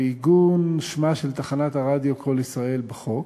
ועיגון שמה של תחנת הרדיו "קול ישראל" בחוק.